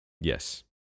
Yes